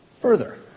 Further